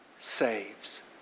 saves